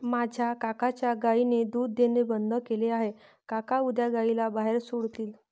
माझ्या काकांच्या गायीने दूध देणे बंद केले आहे, काका उद्या गायीला बाहेर सोडतील